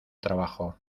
trabajo